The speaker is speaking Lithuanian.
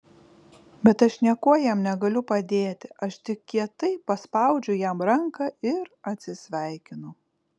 bet aš niekuo jam negaliu padėti aš tik kietai paspaudžiu jam ranką ir atsisveikinu